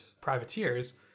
privateers